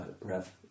Rev